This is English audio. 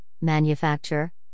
manufacture